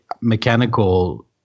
mechanical